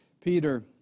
Peter